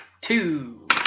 Two